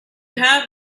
have